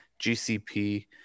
GCP